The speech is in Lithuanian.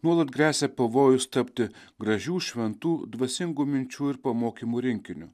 nuolat gresia pavojus tapti gražių šventų dvasingų minčių ir pamokymų rinkiniu